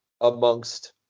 amongst